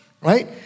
right